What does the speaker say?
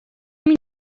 این